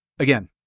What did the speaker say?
again